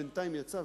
שבינתיים יצא,